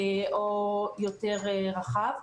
או יותר רחב.